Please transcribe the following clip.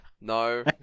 No